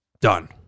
Done